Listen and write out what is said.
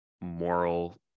moral